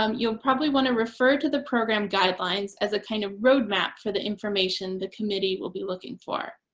um you'll probably want to refer to the program guidelines as a kind of roadmap for the information the committee will be looking for,